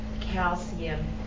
calcium